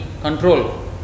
control